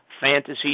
Fantasy